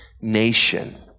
nation